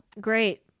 Great